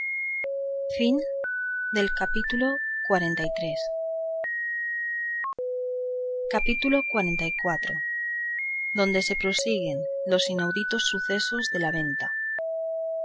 al suelo capítulo xliv donde se prosiguen los inauditos sucesos de la venta